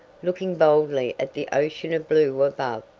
looking boldly at the ocean of blue above,